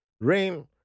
rain